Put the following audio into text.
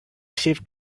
achieve